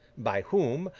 by whom,